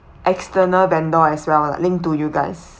external vendor as well like linked to you guys